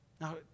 Now